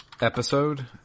episode